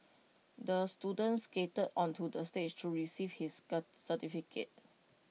the student skated onto the stage to receive his certificate